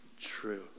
true